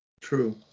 True